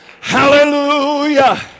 Hallelujah